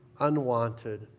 unwanted